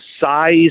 size